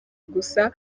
gusa